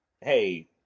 hey